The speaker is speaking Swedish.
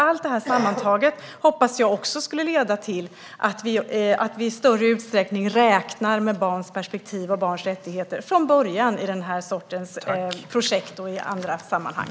Allt detta sammantaget hoppas jag också ska leda till att vi i större utsträckning räknar med barns perspektiv och barns rättigheter från början i den här sortens projekt och i andra sammanhang.